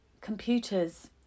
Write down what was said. computers